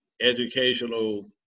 educational